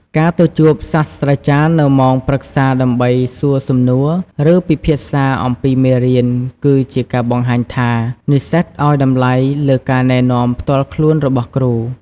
ការទៅជួបសាស្រ្តាចារ្យនៅម៉ោងប្រឹក្សាដើម្បីសួរសំណួរ ឬពិភាក្សាអំពីមេរៀន គឺជាការបង្ហាញថា និស្សិតឱ្យតម្លៃលើការណែនាំផ្ទាល់ខ្លួនរបស់គ្រូ។